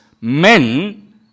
men